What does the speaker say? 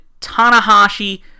Tanahashi